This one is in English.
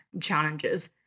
challenges